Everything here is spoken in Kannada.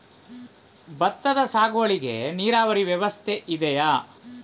ಭತ್ತದ ಸಾಗುವಳಿಗೆ ನೀರಾವರಿ ವ್ಯವಸ್ಥೆ ಅಗತ್ಯ ಇದೆಯಾ?